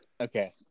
okay